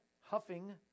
huffing